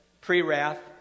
pre-wrath